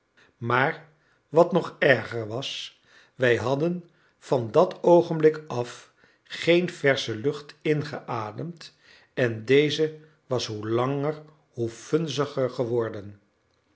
maar wat nog erger was wij hadden van dat oogenblik af geen versche lucht ingeademd en deze was hoe langer hoe vunziger geworden